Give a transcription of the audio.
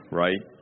right